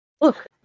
Look